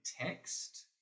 text